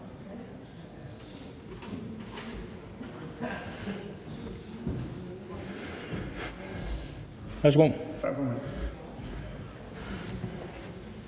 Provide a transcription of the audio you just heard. Hvad er det – er